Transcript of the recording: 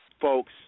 folks